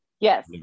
yes